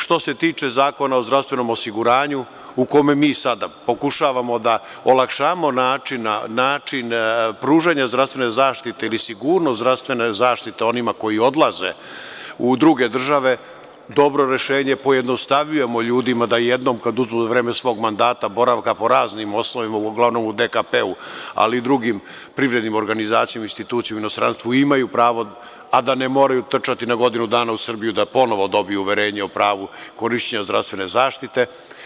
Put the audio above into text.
Što se tiče Zakona o zdravstvenom osiguranju, u kome mi sada pokušavamo da olakšamo način pružanja zdravstvene zaštite ili sigurnost zdravstvene zaštite onima koji odlaze u druge države, dobro je rešenje, pojednostavljujemo ljudima da jednom, za vreme svog mandata, boravka, po raznim osnovama, uglavnom u DKP-u, ali i drugim privrednim organizacijama i institucijama u inostranstvu imaju pravo, a da ne moraju trčati na godinu dana u Srbiju, da ponovo dobiju uverenje o pravu korišćenja zdravstvene zaštite.